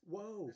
Whoa